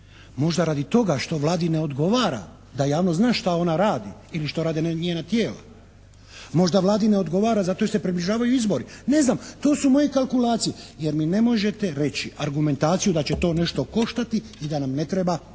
Možda radi toga što Vladi ne odgovara da javnost zna šta ona radi ili što rade njena tijela. Možda Vladi ne odgovara zato jer se približavaju izbori. Neznam, to su moje kalkulacije, jer mi ne možete reći argumentaciju da će to nešto koštati i da nam ne treba zapravo